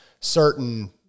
certain